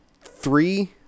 three